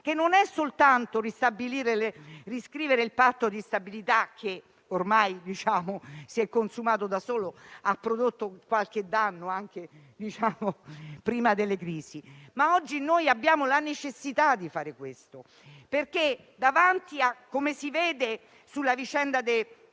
che non significa soltanto riscrivere il Patto di stabilità, che ormai si è consumato da solo e ha prodotto qualche danno, anche prima delle crisi. Oggi abbiamo la necessità di fare questo, come si vede dalla vicenda della